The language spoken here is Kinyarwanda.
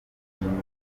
mirongo